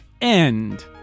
end